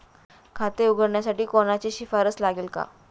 खाते उघडण्यासाठी कोणाची शिफारस लागेल का?